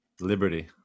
Liberty